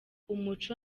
umuco